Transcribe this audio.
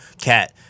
cat